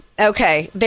Okay